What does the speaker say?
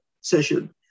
session